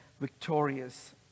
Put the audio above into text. victorious